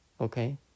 okay